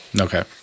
Okay